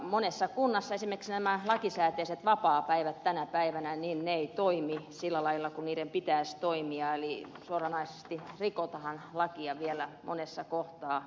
monessa kunnassa esimerkiksi nämä lakisääteiset vapaapäivät eivät tänä päivänä toimi sillä lailla kuin niiden pitäisi toimia eli suoranaisesti rikotaan lakia vielä monessa kohtaa maata